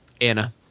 Anna